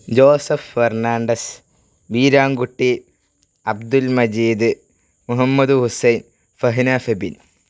Joseph Fernandes Beerankutty Abdul Majeed Muhammad Hussain Fahna Febin